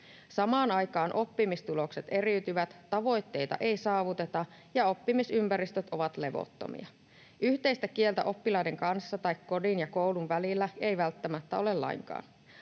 Samaan aikaan oppimistulokset eriytyvät, tavoitteita ei saavuteta ja oppimisympäristöt ovat levottomia. Yhteistä kieltä oppilaiden kanssa tai kodin ja koulun välillä ei välttämättä ole lainkaan.